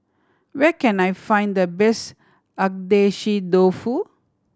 where can I find the best Agedashi Dofu